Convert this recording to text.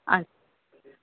अच्छ